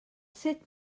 sut